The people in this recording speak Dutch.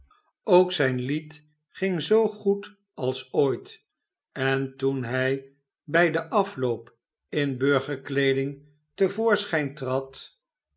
ook zijn lied ging zoo goed als ooit en toen hij bij den afloop in burgerkleeding te voorschijn trad